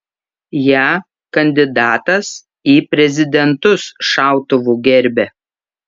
ją kandidatas į prezidentus šautuvu gerbia